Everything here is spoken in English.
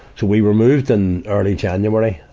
so we were moved in early january,